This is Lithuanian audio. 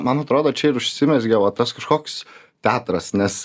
man atrodo čia ir užsimezgė va tas kažkoks teatras nes